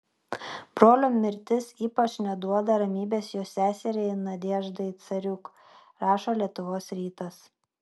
brolio mirtis ypač neduoda ramybės jo seseriai nadeždai cariuk rašo lietuvos rytas